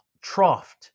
trough